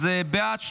בעד,